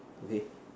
okay